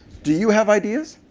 do you have ideas?